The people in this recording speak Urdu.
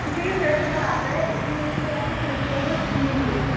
کیوںکہ یہ فریش مال آتا ہے اس لیے اس پہ آپ کو کوئی بھی آفرز نہیں ملے گی